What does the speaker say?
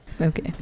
Okay